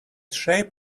shape